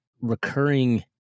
recurring